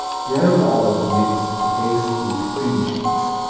ground olives mixed to taste with cream cheese.